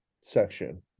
section